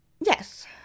Yes